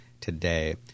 today